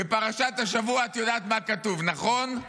בפרשת השבוע את יודעת מה כתוב, נכון?